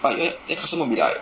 but then then customer will be like